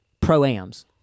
pro-ams